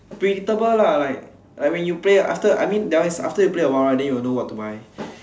predictable lah like when you play after I mean that one is you play after a while right then you know what to buy